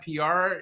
PR